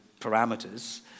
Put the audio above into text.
parameters